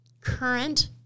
current